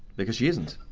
because she isn't.